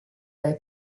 dai